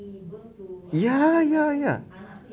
ya ya ya